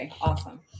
Awesome